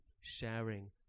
sharing